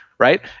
Right